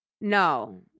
No